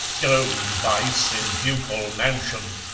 go, vice in ducal mansion!